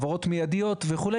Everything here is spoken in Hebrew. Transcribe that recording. העברות מידיות וכו'.